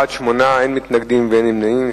בעד, 8, אין מתנגדים ואין נמנעים.